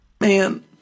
Man